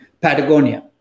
Patagonia